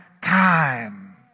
time